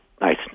Nice